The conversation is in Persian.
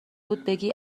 بگی